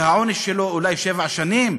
שהעונש שלו אולי שבע שנים?